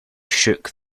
shook